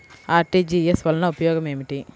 RTGS వలన ఉపయోగం ఏమిటీ?